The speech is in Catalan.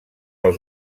els